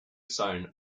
sign